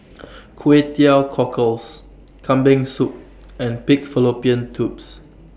Kway Teow Cockles Kambing Soup and Pig Fallopian Tubes